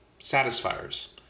Satisfiers